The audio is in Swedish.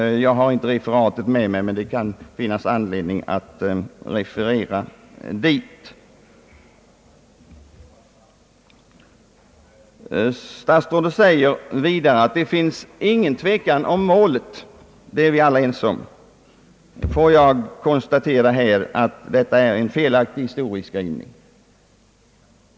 Jag har inte protokollet med mig, men det kan finnas anledning att referera därtill. Statsrådet säger vidare att det inte råder något tvivel om målet, och att vi alla var ense därom. Låt mig konstatera att detta är en felaktig historieskrivning.